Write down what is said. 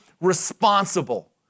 responsible